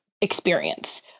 experience